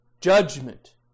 judgment